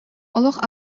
олох